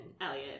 Elliot